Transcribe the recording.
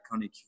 iconic